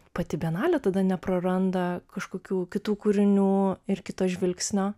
pati bienalė tada nepraranda kažkokių kitų kūrinių ir kito žvilgsnio